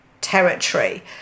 territory